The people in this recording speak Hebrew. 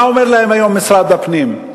מה אומר להן היום משרד הפנים?